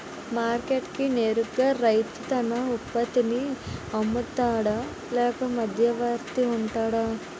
Market కి నేరుగా రైతే తన ఉత్పత్తి నీ అమ్ముతాడ లేక మధ్యవర్తి వుంటాడా?